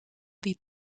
die